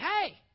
hey